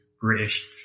British